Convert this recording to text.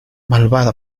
malvada